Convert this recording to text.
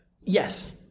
Yes